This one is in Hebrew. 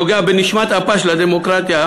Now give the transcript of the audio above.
שנוגע בנשמת אפה של הדמוקרטיה,